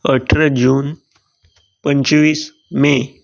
अठरा जून पंचवीस मे